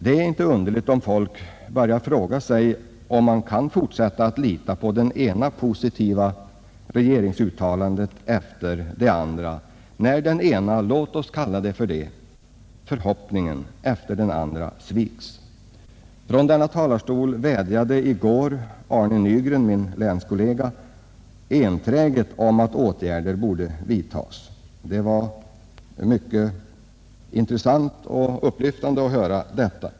Det är inte underligt om folk börjar fråga sig om man kan fortsätta att lita på det ena positiva regeringsuttalandet efter det andra, när den ena förhoppningen — låt oss kalla det så — efter den andra sviks. Från denna talarstol vädjade i går min länskollega Arne Nygren enträget om att åtgärder skulle vidtas. Det var mycket intressant och upplyftande att höra det.